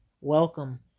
Welcome